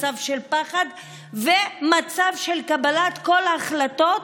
מצב של פחד ומצב של קבלת כל ההחלטות